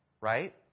right